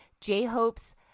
J-Hope's